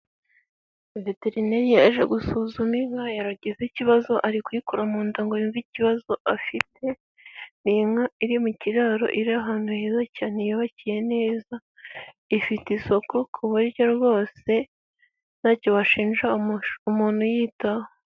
Veterineri yaje gusuzuma inka yaragize ikibazo, ari kuyikura mu nda ngo yuve ikibazo afite, ni inka iri mu kiraro iri ahantu heza cyane yubakiye neza, ifite isuku ku buryo rwose ntacyo bashinja umuntu uyitaho.